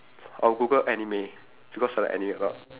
I would Google anime because I like anime a lot